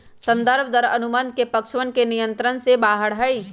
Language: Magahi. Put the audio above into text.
संदर्भ दर अनुबंध के पक्षवन के नियंत्रण से बाहर हई